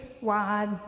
wide